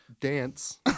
dance